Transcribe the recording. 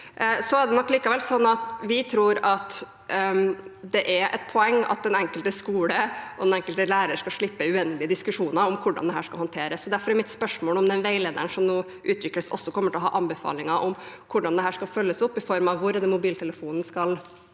likevel det er et poeng at den enkelte skole og den enkelte lærer skal slippe uendelige diskusjoner om hvordan dette skal håndteres. Derfor er mitt spørsmål om den veilederen, som nå utvikles, også kommer til å ha anbefalinger om hvordan dette skal følges opp i form av hvor mobiltelefonen skal legges.